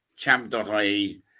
champ.ie